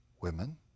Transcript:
Women